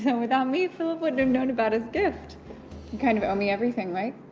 and without me, philip wouldn't have known about his gift. you kind of owe me everything, right?